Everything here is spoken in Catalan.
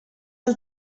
del